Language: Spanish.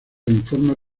informes